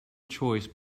choice